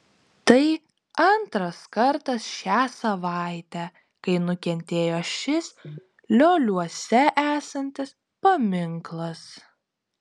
tai antras kartas šią savaitę kai nukentėjo šis lioliuose esantis paminklas